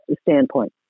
standpoint